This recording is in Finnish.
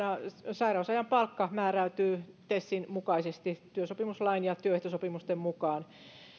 sairausajan palkka määräytyy tesin mukaisesti työsopimuslain ja työehtosopimusten mukaan